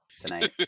tonight